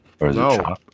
No